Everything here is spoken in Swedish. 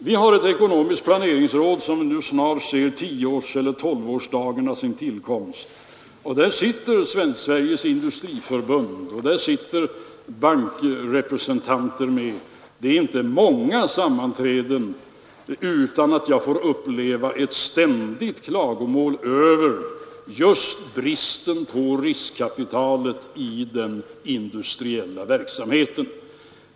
Vi har ett ekonomiskt planeringsråd som nu snart ser tolvårsdagen av sin tillkomst, och där sitter representanter för Sveriges industriförbund och bankrepresentanter med. Det är inte många sammanträden där jag inte får höra ständiga klagomål över just bristen på riskkapital i den industriella verksamheten.